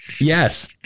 Yes